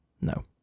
No